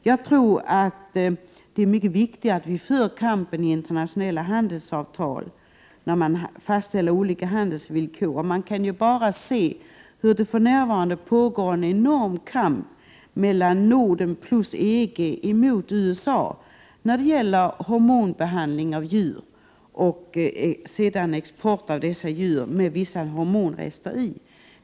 Jag tror att det är mycket viktigare att vi för kampen i samband med att villkoren fastställs i internationella handelsavtal. För närvarande pågår det en enorm kamp mellan Norden plus EG mot USA när det gäller hormonbehandling av djur och export av kött med kvarvarande hormonrester.